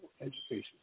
education